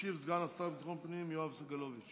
ישיב סגן השר לביטחון הפנים יואב סגלוביץ'.